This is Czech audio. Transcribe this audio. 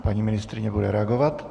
Paní ministryně bude reagovat.